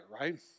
right